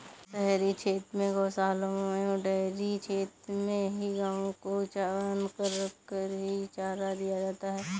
शहरी क्षेत्र में गोशालाओं एवं डेयरी क्षेत्र में ही गायों को बँधा रखकर ही चारा दिया जाता है